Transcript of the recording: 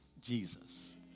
Jesus